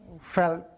felt